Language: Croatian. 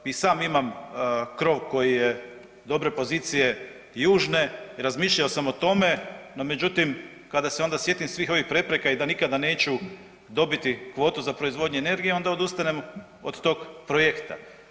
I sam imam krov koji je dobre pozicije južne i razmišljao sam o tome, no međutim kada se sjetim svih ovih prepreka i da nikada neću dobiti kvotu za proizvodnju energije onda odustanem od tog projekta.